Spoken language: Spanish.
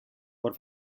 por